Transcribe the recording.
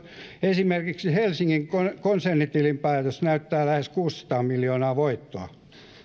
esimerkiksi helsingin konsernitilinpäätös näyttää lähes kuusisataa miljoonaa voittoa